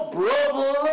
brother